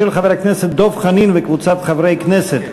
של חבר הכנסת דב חנין וקבוצת חברי הכנסת.